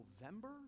November